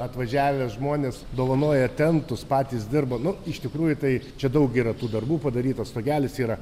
atvažiavę žmonės dovanoja tentus patys dirba nu iš tikrųjų tai čia daug yra tų darbų padarytas stogelis yra